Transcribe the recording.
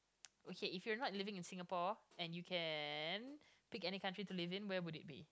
okay if you're not living in Singapore and you can pick any country to live in where would it be